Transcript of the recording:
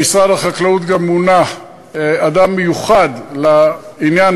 במשרד החקלאות גם מונה אדם מיוחד לעניין